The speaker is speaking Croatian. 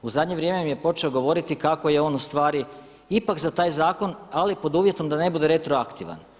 U zadnje vrijeme mi je počeo govoriti kako je on ustvari ipak za taj zakon ali pod uvjetom da ne bude retroaktivan.